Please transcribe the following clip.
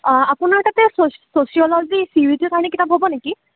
আপোনাৰ তাতে ছচিয়লজি চিইউটিৰ কাৰণে কিতাপ হ'ব নেকি